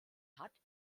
hat